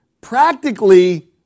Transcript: practically